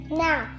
now